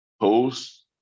post